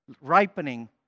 ripening